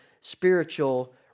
spiritual